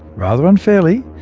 rather unfairly,